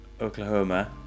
Oklahoma